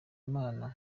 imana